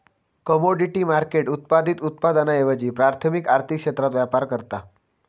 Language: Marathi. कमोडिटी मार्केट उत्पादित उत्पादनांऐवजी प्राथमिक आर्थिक क्षेत्रात व्यापार करता